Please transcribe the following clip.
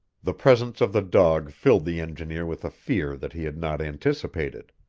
the presence of the dog filled the engineer with a fear that he had not anticipated.